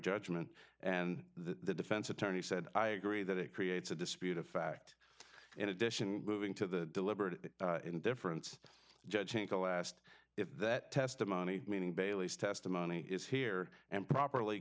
judgment and the defense attorney said i agree that it creates a dispute of fact in addition moving to the deliberate indifference judge incl asked if that testimony meaning bailey's testimony is here and properly